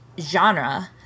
genre